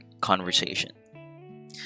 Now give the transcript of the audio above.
conversation